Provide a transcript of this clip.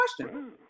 question